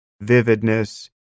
vividness